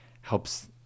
helps